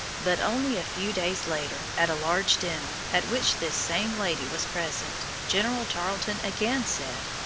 but only a few days later, at a large dinner, at which this same lady was present, general tarleton again said,